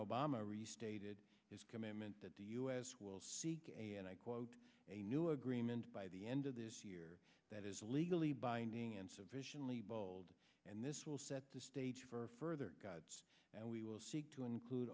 obama restated his commitment that the u s will seek a and i quote a new agreement by the end of this year that is legally binding and sufficiently bold and this will set the stage for further gods and we will seek to include